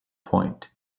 point